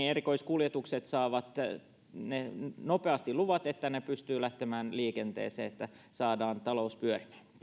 erikoiskuljetukset saisivat nopeasti luvat että ne pystyvät lähtemään liikenteeseen että saadaan talous pyörimään